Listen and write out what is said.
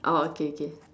orh okay okay